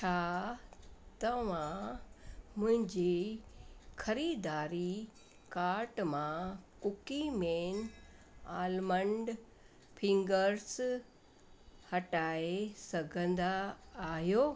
छा तव्हां मुंहिंजी ख़रीदारी कार्ट मां कुकीमेन आलमंड फिंगर्स हटाए सघंदा आहियो